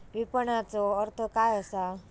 विपणनचो अर्थ काय असा?